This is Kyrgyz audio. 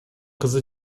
кызы